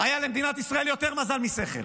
היה למדינת ישראל יותר מזל משכל.